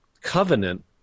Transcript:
Covenant